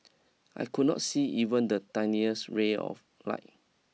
I could not see even the tiniest ray of light